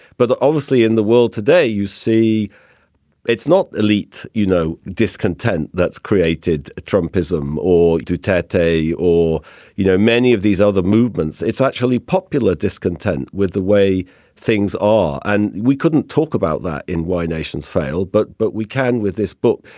but obviously in the world today you see it's not elite you know discontent that's created trump ism or to tat a or you know many of these other movements. it's actually popular discontent with the way things are. and we couldn't talk about that in why nations fail. but but we can with this book.